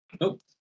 Nope